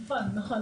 נכון.